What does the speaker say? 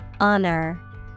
Honor